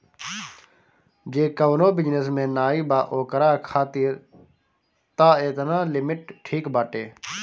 जे कवनो बिजनेस में नाइ बा ओकरा खातिर तअ एतना लिमिट ठीक बाटे